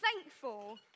thankful